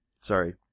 Sorry